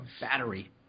battery